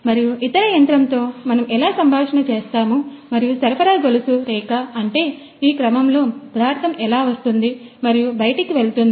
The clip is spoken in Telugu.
మరియు ఇతర యంత్రంతో మనము ఎలా సంభాషణ చేస్తాము మరియు సరఫరా గొలుసు రేఖ అంటే ఈ క్రమంలో పదార్థం ఎలా వస్తుంది మరియు బయటికి వెళుతుంది